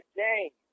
game